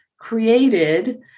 created